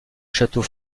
château